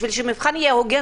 בשביל שמבחן יהיה הוגן,